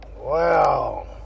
wow